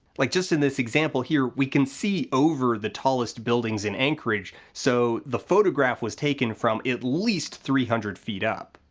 like just in this example here, we can see over the tallest buildings in anchorage, so the photograph was taken from at least three hundred feet up.